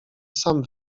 sam